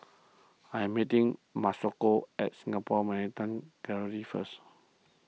I am meeting Masako at Singapore Maritime Gallery first